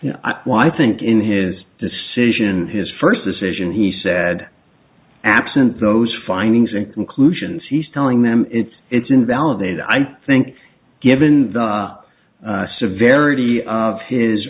i think in his decision his first decision he said absent those findings and conclusions he's telling them it's it's invalidated i think given the severity of his